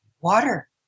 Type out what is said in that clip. Water